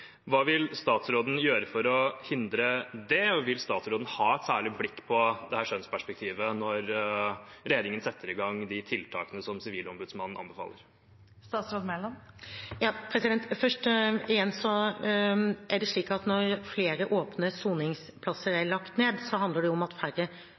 Hva vil statsråden gjøre for å hindre dette? Vil statsråden ha et særlig blikk på dette kjønnsperspektivet når regjeringen setter i gang de tiltakene som Sivilombudsmannen anbefaler? Igjen: Det er slik at når flere åpne soningsplasser er lagt ned, handler det om at